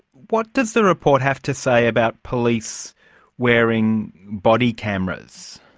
what does the report have to say about police wearing body cameras?